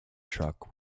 truck